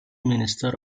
minister